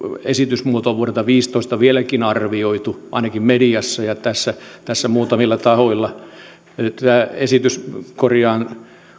esitysmuotoa vuodelta viisitoista vieläkin arvioitu ainakin mediassa ja tässä tässä muutamilla tahoilla nyt tämä esitys korjaa